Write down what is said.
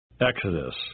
Exodus